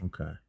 Okay